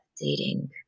dating